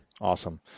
Awesome